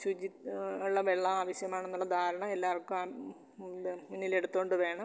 ശുചി ഉള്ള വെള്ളം ആവശ്യമാണെന്നുള്ള ധാരണ എല്ലാവർക്കും മുന്നിലെടുത്തു കൊണ്ടു വേണം